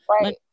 right